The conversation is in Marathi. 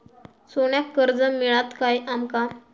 सोन्याक कर्ज मिळात काय आमका?